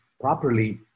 properly